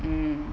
um